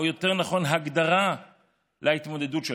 או יותר נכון הגדרה בהתמודדות שלהם.